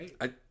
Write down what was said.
right